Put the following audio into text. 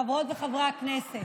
חברות וחברי הכנסת.